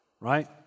Right